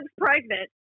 pregnant